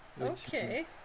Okay